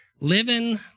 living